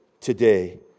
today